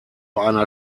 einer